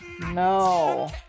no